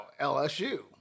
LSU